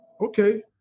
okay